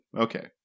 okay